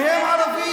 כי הם ערבים.